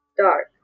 dark